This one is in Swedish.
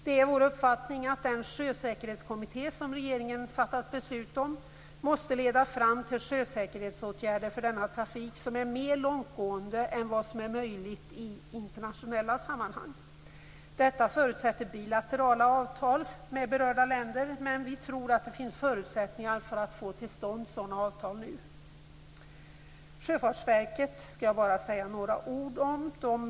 Det är vår uppfattning att den sjösäkerhetskommitté som regeringen fattat beslut om måste leda fram till sjösäkerhetsåtgärder för denna trafik som är mer långtgående än vad som är möjligt i internationella sammanhang. Detta förutsätter bilaterala avtal med berörda länder, men vi tror att det finns förutsättningar för att få till stånd sådana avtal nu. Jag skall bara säga några ord om Sjöfartsverket.